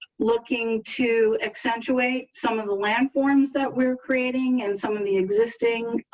looking to accentuate some of the land forms that we're creating and some of the existing